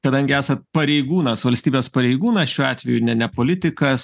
kadangi esat pareigūnas valstybės pareigūnas šiuo atveju ne ne politikas